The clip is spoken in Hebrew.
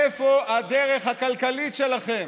איפה הדרך הכלכלית שלכם?